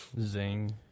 Zing